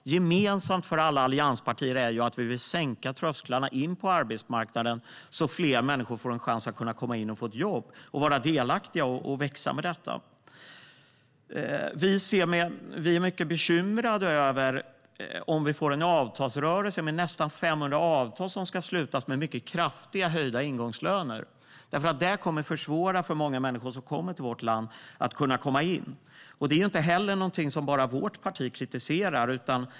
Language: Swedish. Gemensamt för alla allianspartier är att vi vill sänka trösklarna in på arbetsmarknaden så att fler människor får en chans att komma in, få ett jobb, vara delaktiga och växa med detta. Vi är mycket bekymrade över om vi får en avtalsrörelse med nästan 500 avtal som ska slutas med mycket kraftigt höjda ingångslöner. Det kommer att försvåra för många människor som kommer till vårt land att kunna komma in. Det är inte heller någonting som bara vårt parti kritiserar.